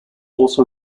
also